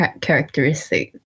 characteristic